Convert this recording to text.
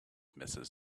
mrs